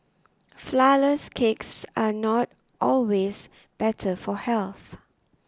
Flourless Cakes are not always better for health